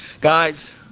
Guys